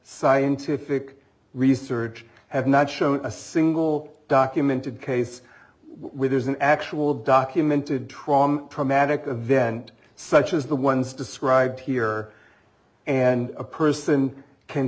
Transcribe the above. scientific research have not shown a single documented case where there's an actual documented trauma traumatic event such as the ones described here and a person can